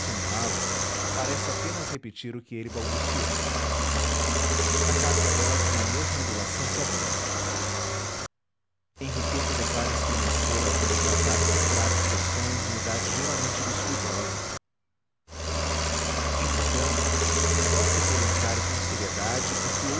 insinuá lo parece apenas repetir o que ele balbuciou a carta dela tem a mesma ondulação que a dele henriqueta declara estremecer ao vê-lo tratar tão graves questões em idade geralmente descuidosa entretanto gosta que ele encare com seriedade o que